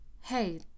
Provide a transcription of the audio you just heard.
Hey